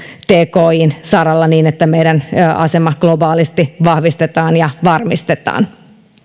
tkin saralla niin että meidän asema globaalisti vahvistetaan ja varmistetaan